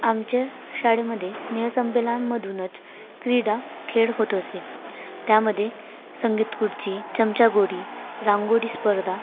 आमच्या शाळेमध्ये स्नेहसंमेलनांमधूनच क्रीडा खेळ होत असे त्यामध्ये संगीत खुर्ची चमचागोटी रांगोळी स्पर्धा